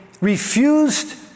refused